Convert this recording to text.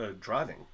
driving